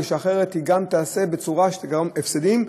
מפני שאחרת היא תיעשה בצורה שתגרום הפסדים,